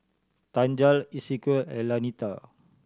Tanja Esequiel and Lanita